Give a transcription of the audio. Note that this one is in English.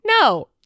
no